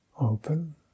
open